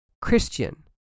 Christian